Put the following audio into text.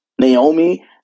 Naomi